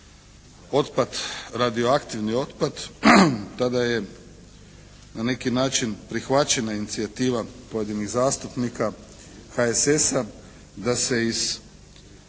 radioaktivni otpad tada je na neki način prihvaćena inicijativa pojedinih zastupnika HSS-a da se iz